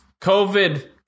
COVID